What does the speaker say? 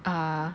uh